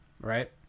Right